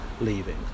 leaving